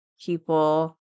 people